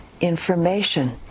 information